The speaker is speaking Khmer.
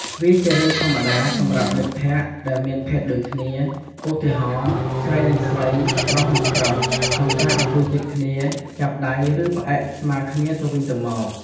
វាជារឿងធម្មតាសម្រាប់មិត្តភក្តិដែលមានភេទដូចគ្នា ឧទាហរណ៍ ស្រីនឹងស្រី ប្រុសនឹងប្រុស ក្នុងការអង្គុយជិតគ្នា ចាប់ដៃ ឬផ្អែកស្មាគ្នាទៅវិញទៅមក។